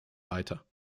weiter